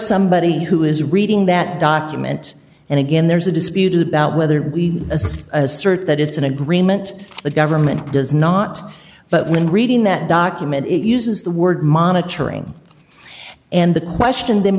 somebody who is reading that document and again there's a dispute about whether we as assert that it's an agreement the government does not but when reading that document it uses the word monitoring and the question the